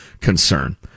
concern